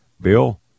Bill